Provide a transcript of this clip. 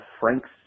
Frank's